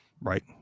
right